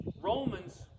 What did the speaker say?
Romans